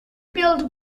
billed